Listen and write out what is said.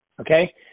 Okay